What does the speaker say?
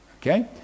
okay